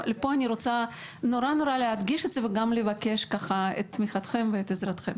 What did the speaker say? אני רוצה להדגיש את זה וגם לבקש את תמיכתכם ואת עזרתכם: